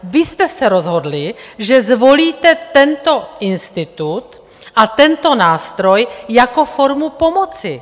Vy jste se rozhodli, že zvolíte tento institut a tento nástroj jako formu pomoci.